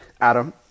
Adam